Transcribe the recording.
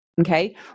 okay